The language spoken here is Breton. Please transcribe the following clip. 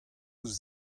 ouzh